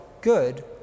good